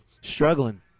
struggling